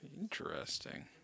interesting